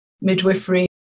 midwifery